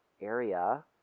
area